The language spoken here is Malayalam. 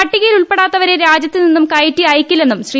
പട്ടികയിൽ ഉൾപ്പെടാത്തവരെ രാജ്യത്ത് നിന്നും കയറ്റി അയക്കില്ലെന്നും ശ്രീ